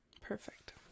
Perfect